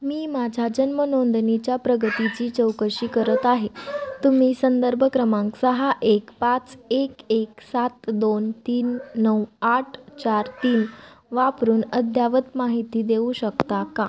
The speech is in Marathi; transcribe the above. मी माझ्या जन्मनोंदणीच्या प्रगतीची चौकशी करत आहे तुम्ही संदर्भ क्रमांक सहा एक पाच एक एक सात दोन तीन नऊ आठ चार तीन वापरून अद्ययावत माहिती देऊ शकता का